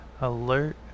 alert